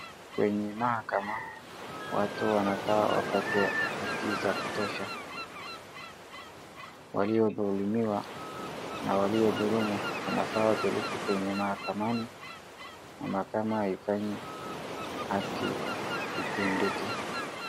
Kwenye mahakama, watu wanafaa wapate haki za kutosha, waliodhulumiwa na waliodhulumu wanafaa wapelekwe kwenye mahakamani na mahakama ifanye haki itendeke.